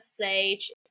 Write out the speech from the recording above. stage